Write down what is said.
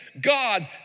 God